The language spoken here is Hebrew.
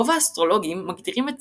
רוב האסטרולוגים מגדירים את